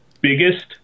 biggest